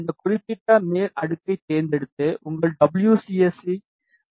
இந்த குறிப்பிட்ட மேல் அடுக்கைத் தேர்ந்தெடுத்து உங்கள் டபுள்யூ சி எஸ் ஐ மேல் அடுக்குக்கு சீரமைக்கவும்